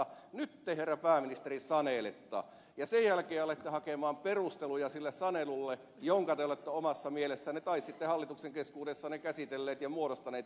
nyt te herra pääministeri sanelette ja sen jälkeen alatte hakea perusteluja sille sanelulle jonka te olette omassa mielessänne tai sitten hallituksen keskuudessa käsitelleet ja muodostaneet mielipiteenne